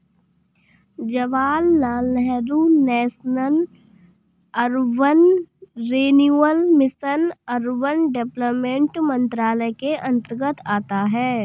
Jawaharlal Nehru national urban renewal mission urban development मंत्रालय के अंतर्गत आता है